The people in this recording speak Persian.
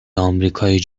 آمریکای